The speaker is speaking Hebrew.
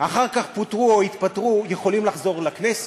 ואחר כך פוטרו או התפטרו, יכולים לחזור לכנסת,